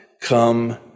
come